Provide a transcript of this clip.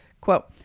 quote